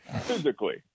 physically